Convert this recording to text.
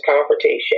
confrontation